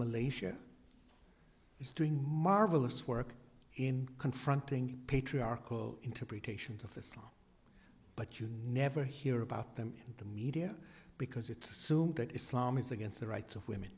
malaysia is doing marvelous work in confronting patriarchal interpretations of islam but you never hear about them in the media because it's assumed that islam is against the rights of women